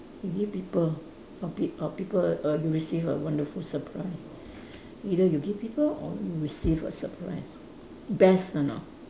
you give people or peo~ or people err you receive a wonderful surprise either you give people or you receive a surprise best one orh